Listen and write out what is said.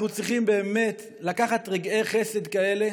אנחנו צריכים לקחת רגעי חסד כאלה,